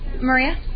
Maria